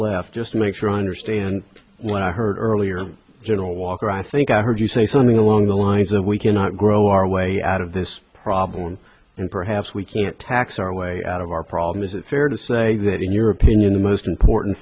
left just make sure i understand when i heard earlier general walker i think i heard you say something along the lines of we cannot grow our way out of this problem and perhaps we can't tax our way out of our problem is it fair to say that in your opinion the most important